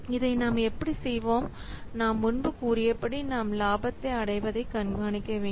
இதை நாம் எப்படி செய்வோம் நான் முன்பு கூறிய படி நாம் இலாபத்தை அடைவதை கண்காணிக்க வேண்டும்